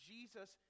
Jesus